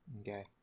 Okay